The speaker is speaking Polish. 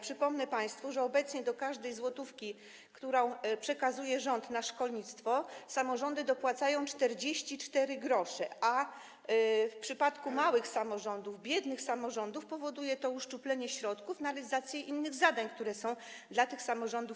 Przypomnę państwu, że obecnie do każdej złotówki, którą przekazuje rząd na szkolnictwo, samorządy dopłacają 44 gr, a w przypadku małych, biednych samorządów powoduje to uszczuplenie środków na realizację innych zadań, które są przypisane tym samorządom.